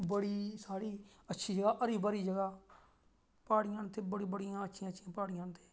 बड़ी साढ़ी अच्छी जगह बड़ी हरी भरी जगह प्हाड़ियां न बड़ी अच्छी अच्छी प्हाड़ियां न उत्थें